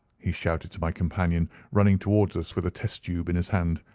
he shouted to my companion, running towards us with a test-tube in his hand.